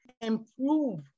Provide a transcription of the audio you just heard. improve